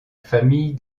famille